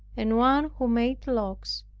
and one who made locks,